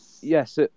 yes